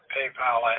PayPal